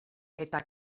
eta